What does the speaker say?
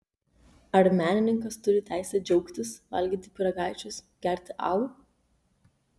ar menininkas turi teisę džiaugtis valgyti pyragaičius gerti alų